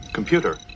computer